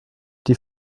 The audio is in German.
die